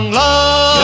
love